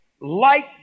light